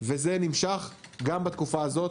וזה נמשך גם בתקופה הזאת,